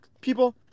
people